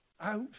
out